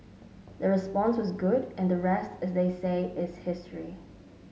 the response was good and the rest as they say is history